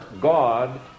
God